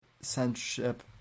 censorship